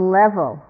level